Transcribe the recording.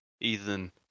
Ethan